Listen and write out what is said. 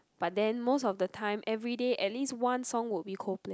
but then most of the time everyday at least one song will be Coldplay